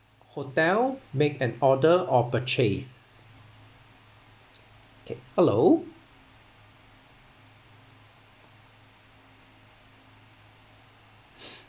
hotel make an order or purchase hello